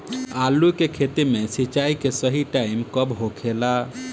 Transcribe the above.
आलू के खेती मे सिंचाई के सही टाइम कब होखे ला?